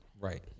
Right